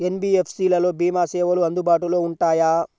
NBFC లలో భీమా సేవలు అందుబాటులో ఉంటాయా?